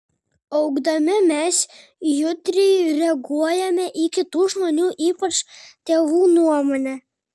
augdami mes jautriai reaguojame į kitų žmonių ypač tėvų nuomonę